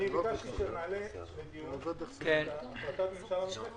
אני ביקשתי שנעלה לדיון את החלטת הממשלה הנוספת